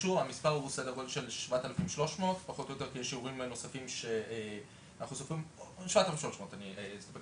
ערעורים פחות או יותר, בדיקות נכון לאתמול